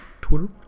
Twitter